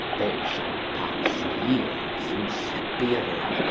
they shall pass years in siberia,